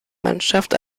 mannschaft